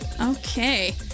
Okay